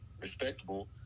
respectable